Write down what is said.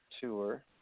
Tour